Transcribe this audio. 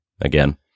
again